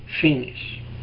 finish